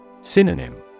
Synonym